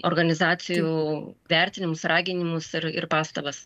organizacijų vertinimus raginimus ir ir pastabas